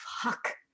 fuck